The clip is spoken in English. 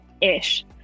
ish